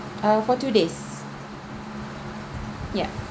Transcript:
ah for two days yup